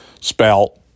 Spell